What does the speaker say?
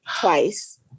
twice-